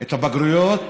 את הבגרויות